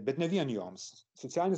bet ne vien joms socialinis